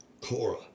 Cora